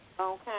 Okay